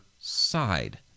side